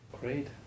Great